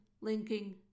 linking